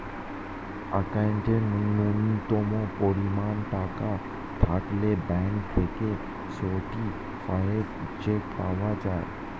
অ্যাকাউন্টে ন্যূনতম পরিমাণ টাকা থাকলে ব্যাঙ্ক থেকে সার্টিফায়েড চেক পাওয়া যায়